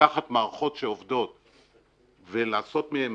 לקחת מערכות שעובדות ולעשות מהן